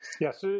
Yes